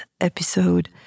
episode